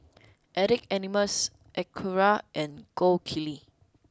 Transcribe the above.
Addicts Anonymous Acura and Gold Kili